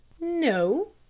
no,